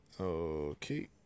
Okay